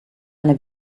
eine